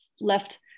left